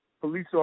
police